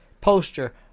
poster